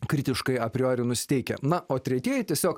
kritiškai a priori nusiteikę na o tretieji tiesiog